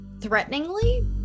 threateningly